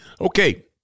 Okay